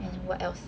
and what else